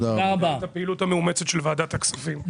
הפעילות המאומצת של ועדת הכספים,